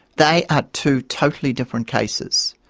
they are two totally different cases.